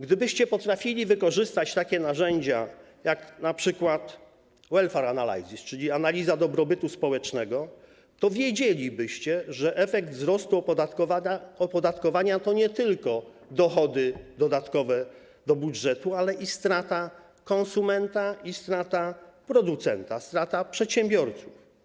Gdybyście potrafili wykorzystać takie narzędzia jak np. welfare analysis, czyli analiza dobrobytu społecznego, to wiedzielibyście, że efekt wzrostu opodatkowania to nie tylko dodatkowe dochody budżetu, ale też strata konsumenta i strata producenta, strata przedsiębiorców.